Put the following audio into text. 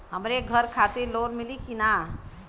हमरे घर खातिर लोन मिली की ना?